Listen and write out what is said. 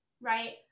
right